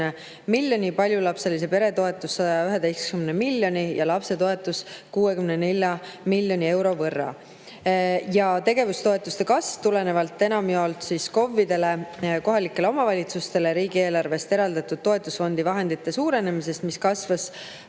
miljoni, paljulapselise pere toetus 111 miljoni, lapsetoetus 64 miljoni euro võrra. Tegevustoetuste kasv tuleneb enamjaolt KOV-idele ehk kohalikele omavalitsustele riigieelarvest eraldatud toetusfondi vahendite suurenemisest. [See summa]